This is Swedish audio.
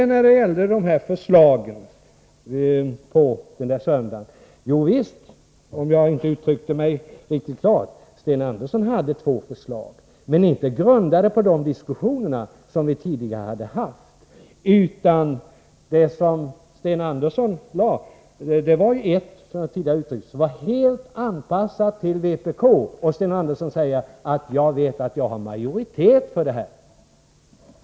När det gäller de förslag som presenterades den aktuella söndagen vill jag, om jag tidigare inte uttryckte mig riktigt klart, säga att Sten Andersson hade två förslag. Men dessa var inte grundade på de diskussioner som vi hade haft. Ett av de förslag som Sten Andersson lade fram var — som jag tidigare sagt — helt anpassat till vpk, och Sten Andersson sade: Jag vet att jag har majoritet för det här.